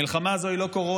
המלחמה הזאת היא לא קורונה.